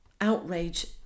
outrage